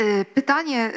Pytanie